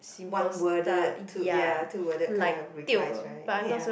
one worded two ya two worded kind of replies right ya